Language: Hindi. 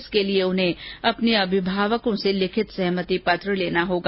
इसके लिए उन्हें अपने अभिभावकों से लिखित सहमति पत्र लेना होगा